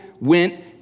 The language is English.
went